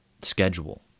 schedule